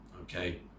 okay